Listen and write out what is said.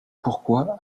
pourquoi